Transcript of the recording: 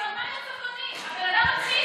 חברת הכנסת בן ארי, די, די.